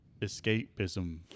escapism